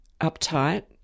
uptight